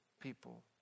people